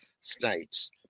states